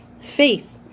Faith